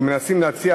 או מנסים להציע,